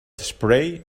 spray